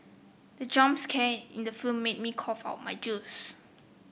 the jump scare in the film made me cough out my juice